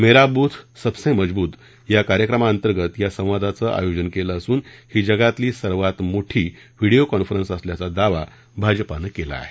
मेरा बुथ सबसे मजबूत या कार्यकामातर्गत या संवादाचं आयोजन करण्यात आलं असून ही जगातली सर्वात मोठी व्हीडीओ कॉन्फरंस असल्याचा दावा भाजपानं केला आहे